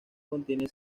contiene